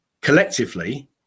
collectively